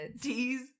D's